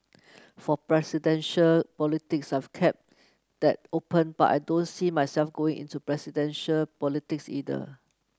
for presidential politics I've kept that open but I don't see myself going into presidential politics either